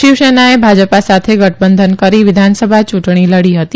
શિવસેનાએ ભાજપા સાથે ગઠબંધન કરી વિધાનસભા ચુંટણી લાતી હતી